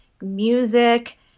music